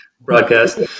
broadcast